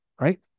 Right